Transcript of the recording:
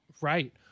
Right